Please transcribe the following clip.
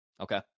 Okay